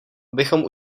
abychom